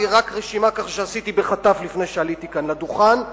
זו רק רשימה שעשיתי בחטף לפני שעליתי כאן לדוכן,